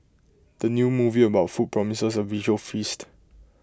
the new movie about food promises A visual feast